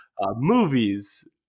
movies